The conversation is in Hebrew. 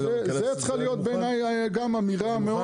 זו צריכה להיות בעיניי גם אמירה מאוד --- אין לי בעיה,